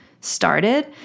started